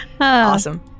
Awesome